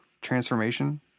transformation